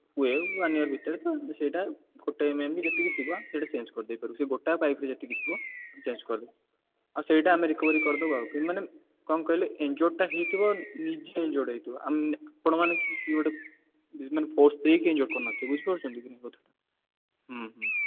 ହୁଏ one year ଭିତରେ ତ ସେଇଟା ଗୋଟେ ଏମ୍ ଏମ୍ କି ଯେତିକି ଥିବ ସେଇଟା ଚେଞ୍ଜ୍ କରିଦେଇପାରିବୁ ସେଇ ଗୋଟାକ ପାଇପ୍ରେ ଯେତିକି ଥିବ ଆମେ ଚେଞ୍ଜ୍ କରିଦେବୁ ଆଉ ସେଇଟା ଆମେ ରିକଭରି କରିଦେବୁ ଆଉ କିନ୍ତୁ ମାନେ କ'ଣ କହିଲେ ଏନ୍ଜୁଡ୍ଟା ହୋଇଥିବ ନିଜେ ଏନ୍ଜୁଡ଼୍ ହୋଇଥିବ ଆପଣ ମାନେ କି କିଏ ଗୋଟେ ମାନେ ଫୋର୍ସ୍ ଦେଇକି ଏନ୍ଜୁଡ଼୍ କରିନଥିବେ ବୁଝିପାରୁଛନ୍ତି କଥାଟା ହଁ ହଁ